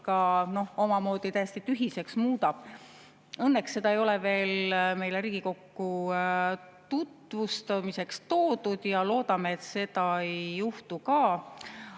omamoodi täiesti tühiseks muudab. Õnneks ei ole seda veel meile Riigikokku tutvustamiseks toodud. Loodame, et seda ei juhtu ka.